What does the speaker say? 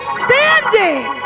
standing